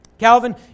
Calvin